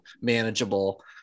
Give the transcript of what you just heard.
manageable